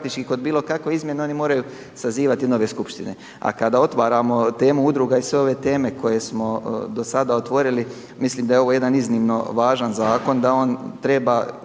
Hvala vam